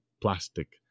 plastic